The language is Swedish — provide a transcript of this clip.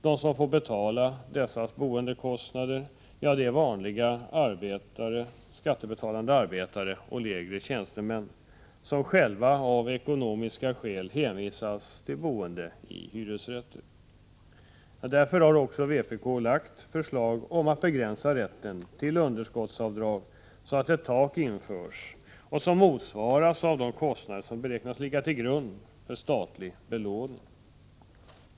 De som får betala dess boendekostnader är vanliga skattebetalande arbetare och lägre tjänstemän, som själva av ekonomiska skäl hänvisas till boende med hyresrätt. Därför har vpk lagt fram förslag om att man skall begränsa rätten till underskottsavdrag så att ett tak införs som motsvaras av de avdrag som gäller vid statliga lån till egnahem.